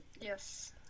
Yes